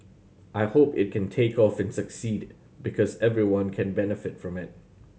I hope it can take off and succeed because everyone can benefit from it